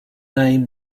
name